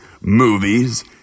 movies